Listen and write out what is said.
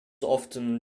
often